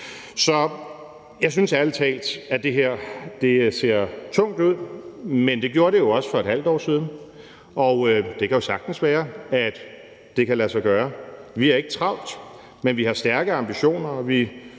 Så jeg synes ærlig talt, at det her ser tungt ud, men det gjorde det jo også for et halvt år siden, og det kan jo sagtens være, at det kan lade sig gøre. Vi har ikke travlt, men vi har stærke ambitioner,